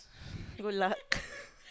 good luck